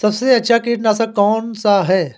सबसे अच्छा कीटनाशक कौनसा है?